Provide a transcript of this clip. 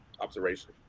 observation